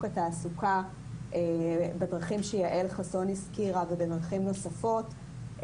התעסוקה בדרכים שיעל חסון הזכירה ובדרכים נוספות,